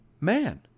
man